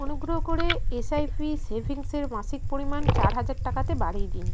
অনুগ্রহ করে এসআইপি সেভিংসের মাসিক পরিমাণ চার হাজার টাকাতে বাড়িয়ে দিন